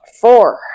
Four